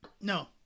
No